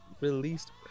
released